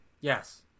Yes